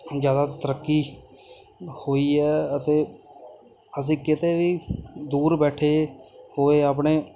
ਜ਼ਿਆਦਾ ਤਰੱਕੀ ਹੋਈ ਹੈ ਅਤੇ ਅਸੀਂ ਕਿਤੇ ਵੀ ਦੂਰ ਬੈਠੇ ਹੋਏ ਆਪਣੇ